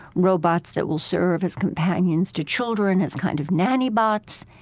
robots that will serve as companions to children as kind of nanny-bots.